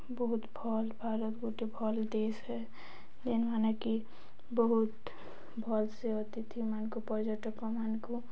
ବହୁତ ଭଲ୍ ଭାରତ ଗୋଟେ ଭଲ ଦେଶ ହେ ଯେନ୍ ମାନେକି ବହୁତ ଭଲ୍ସେ ଅତିଥିମାନଙ୍କୁ ପର୍ଯ୍ୟଟକମାନଙ୍କୁ